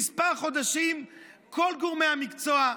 כמה חודשים וכל גורמי המקצוע,